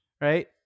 right